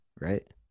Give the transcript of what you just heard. Right